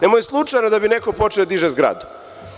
Nemoj slučajno da mi neko počne da diže zgradu.